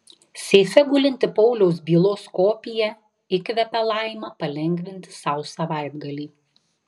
seife gulinti pauliaus bylos kopija įkvepia laimą palengvinti sau savaitgalį